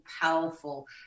powerful